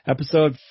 Episode